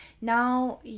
Now